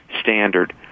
standard